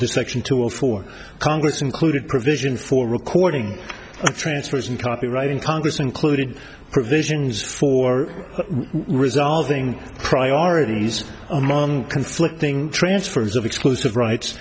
the section two or four congress included provision for recording transfers and copyright in congress including provisions for resolving priorities among conflicting transfers of exclusive ri